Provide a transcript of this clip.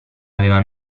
aveva